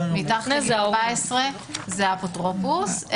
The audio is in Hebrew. מתחת לגיל 14 זה האפוטרופוס,